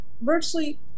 virtually